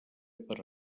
per